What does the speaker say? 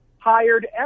hired